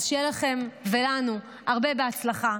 אז שיהיה לכם ולנו הרבה הצלחה,